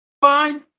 fine